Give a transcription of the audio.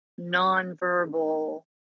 nonverbal